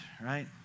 right